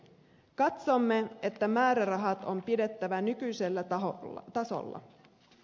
katsomme että määrärahat on pidettävä nykyisellä tasolla